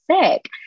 sick